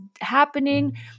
happening